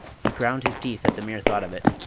he ground his teeth at the mere thought of it.